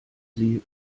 sie